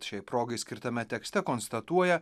šiai progai skirtame tekste konstatuoja